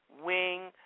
wing